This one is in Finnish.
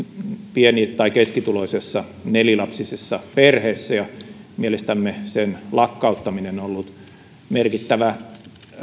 pieni tai keskituloisessa nelilapsisessa perheessä ja mielestämme sen lakkauttaminen on ollut merkittävä